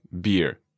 beer